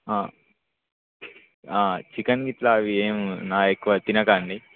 chicken ఇట్లా అవి ఏం నా ఎక్కువ తినకండి